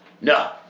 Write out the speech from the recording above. No